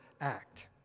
act